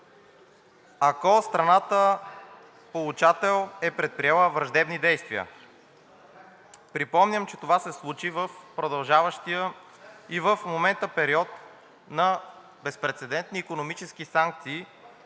ако страната получател е предприела враждебни действия. Припомням, че това се случи в продължаващия и в момента период на безпрецедентни икономически санкции